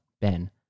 Ben